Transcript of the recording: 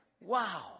wow